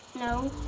no.